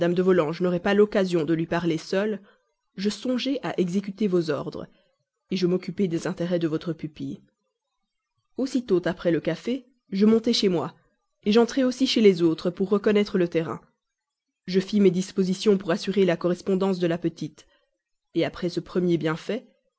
de volanges n'aurait pas l'occasion de lui parler seule je songeai à exécuter vos ordres je m'occupai des intérêts de votre pupille aussitôt après le café je montai chez moi j'entrai aussi chez les autres pour reconnaître le terrain je fis mes dispositions pour assurer la correspondance de la petite après ce premier bienfait